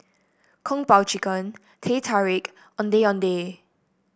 Kung Po Chicken Teh Tarik Ondeh Ondeh